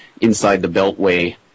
inside-the-beltway